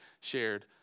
shared